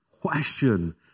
question